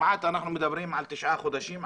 כמעט אנחנו מדברים על תשעה חודשים,